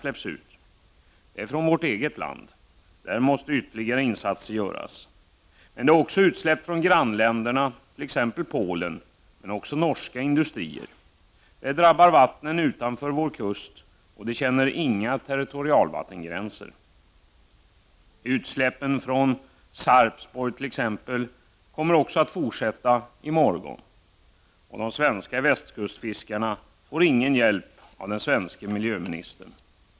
Detta sker i vårt eget land, och där måste ytterligare insatser sättas in. Det sker också utsläpp från grannländerna, t.ex. från Polen och från industrier i Norge. Dessa utsläpp drabbar vattnet utanför vår kust och känner inga territoriella gränser. Utsläppet från Sarpsborg kommer t.ex. att fortsätta. De svenska västkustfiskarna får ingen hjälp av den svenska miljöministern.